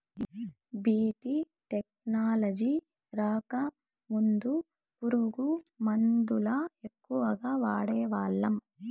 BT technology రాకముందు పురుగు మందుల ఎక్కువగా వాడేవాళ్ళం